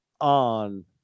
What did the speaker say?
On